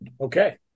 Okay